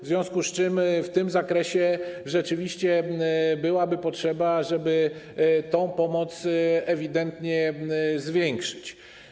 W związku z czym w tym zakresie rzeczywiście byłaby potrzeba, żeby tę pomoc ewidentnie zwiększyć.